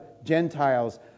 Gentiles